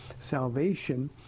salvation